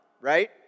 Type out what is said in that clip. right